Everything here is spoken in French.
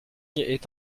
est